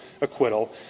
acquittal